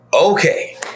Okay